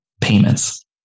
payments